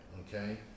okay